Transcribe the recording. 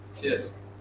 Cheers